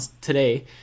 today